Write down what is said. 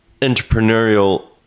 entrepreneurial